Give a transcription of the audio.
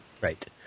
Right